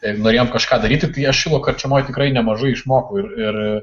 ir norėjom kažką daryti tai aš šilo karčemoj tikrai nemažai išmokau ir ir